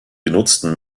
genutzten